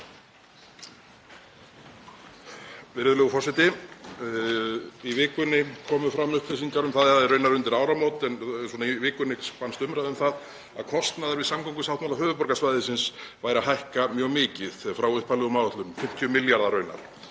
Virðulegur forseti. Í vikunni komu fram upplýsingar, raunar undir áramót en í vikunni spannst umræða um það að kostnaður við samgöngusáttmála höfuðborgarsvæðisins væri að hækka mjög mikið frá upphaflegum áætlunum, 50 milljarðar raunar.